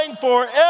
forever